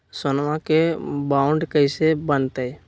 सोनमा के बॉन्ड कैसे बनते?